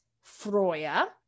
Freya